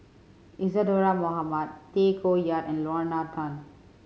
Isadhora Mohamed Tay Koh Yat and Lorna Tan